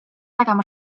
nägema